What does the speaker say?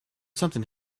something